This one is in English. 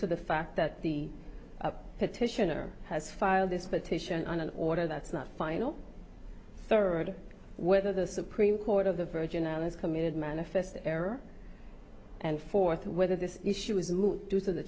to the fact that the petitioner has filed this petition on an order that's not final third whether the supreme court of the virgin islands committed manifest error and fourth whether this issue is due to the